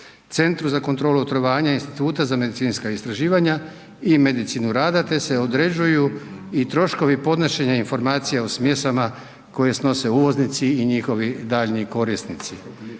Centru za kontrolu otrovanja Instituta za medicinska istraživanja i medicinu rada te se određuju i troškovi podnošenja informacijama o smjesama koje snose uvoznici i njihovi daljnji korisnici.